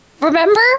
Remember